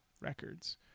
records